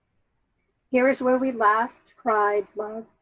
here is when we laughed, cried, loved,